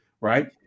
right